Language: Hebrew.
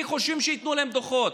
כי הם חושבים שייתנו להם דוחות.